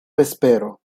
vespero